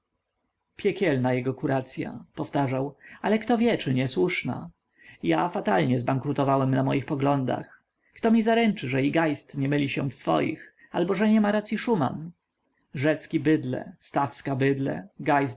piekielna jego kuracya powtarzał ale kto wie czy nie słuszna ja fatalnie zbankrutowałem na moich poglądach kto mi zaręczy że i geist nie myli się w swoich albo że nie ma racyi szuman rzecki bydlę stawska bydlę geist